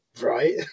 right